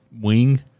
wing